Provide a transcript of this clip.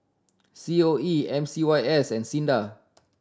C O E M C Y S and SINDA